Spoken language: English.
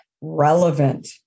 relevant